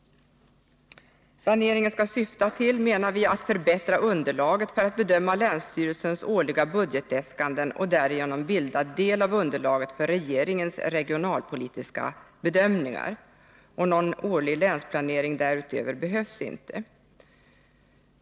Planeringen skall syfta till, menar vi, att förbättra underlaget för att bedöma länsstyrelsernas årliga budgetäs kanden, och därigenom bilda del av underlaget för regeringens regionalpolitiska bedömningar. Någon årlig länsplanering därutöver behövs inte.